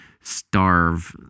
starve